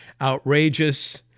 outrageous